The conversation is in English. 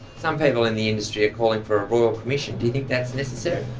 some people in the industry are calling for a royal commission, do you think that's necessary?